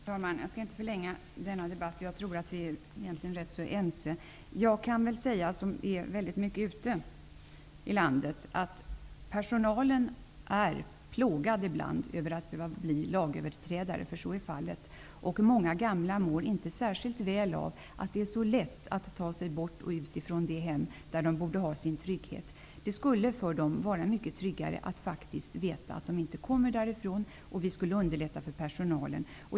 Fru talman! Jag skall inte förlänga debatten mycket mer. Jag tror att vi egentligen är rätt så ense. Jag som är väldigt mycket ute i landet kan väl säga att vårdpersonalen ibland är plågad över att behöva bli lagöverträdare, för så är fallet. Många gamla mår inte särskilt väl av att det är så lätt att ta sig från det hem där de borde ha sin trygghet. Det skulle för dem vara mycket tryggare att veta att de faktiskt inte kommer därifrån. Det skulle underlätta för personalen.